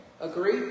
Agree